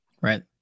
Right